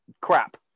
crap